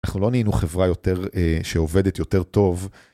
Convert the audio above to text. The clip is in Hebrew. אנחנו לא נהינו חברה שעובדת יותר טוב.